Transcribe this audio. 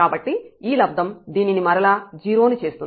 కాబట్టి ఈ లబ్దం దీనిని మరలా 0 ని చేస్తుంది